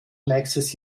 nächstes